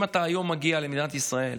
אם היום אתה מגיע למדינת ישראל